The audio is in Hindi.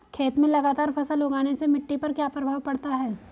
खेत में लगातार फसल उगाने से मिट्टी पर क्या प्रभाव पड़ता है?